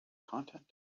content